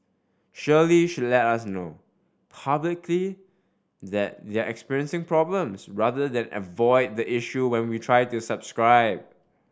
surely should let us know publicly that they're experiencing problems rather than avoid the issue when we try to subscribe